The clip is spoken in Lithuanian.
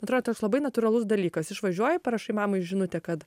atrodo toks labai natūralus dalykas išvažiuoji parašai mamai žinutę kad